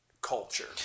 culture